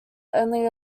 only